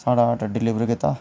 साढ़ा order deliver कीता